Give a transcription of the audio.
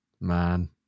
man